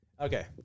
Okay